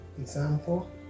Example